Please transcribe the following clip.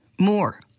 more